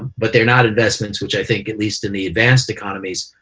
but they're not investments which i think, at least in the advanced economies,